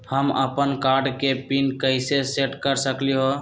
हम अपन कार्ड के पिन कैसे सेट कर सकली ह?